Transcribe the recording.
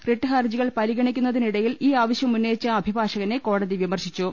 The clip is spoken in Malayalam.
റിട്ട് ഹർജികൾ പരിഗണിക്കുന്നതിനിടയിൽ ഈ ആവശ്യം ഉന്നയിച്ച അഭി ഭാഷകനെ കോടതി വിമർശിച്ചു